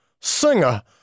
Singer